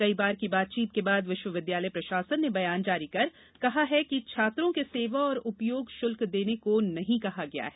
कई बार की बातचीत के बाद विश्वविद्यालय प्रशासन ने बयान जारी कर कहा है कि छात्रों के सेवा और उपयोग शुल्क देने को नहीं कहा जा रहा है